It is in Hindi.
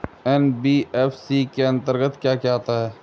एन.बी.एफ.सी के अंतर्गत क्या आता है?